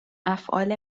افعال